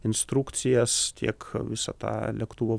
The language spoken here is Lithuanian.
instrukcijas tiek visą tą lėktuvo